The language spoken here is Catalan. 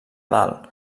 dalt